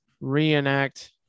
reenact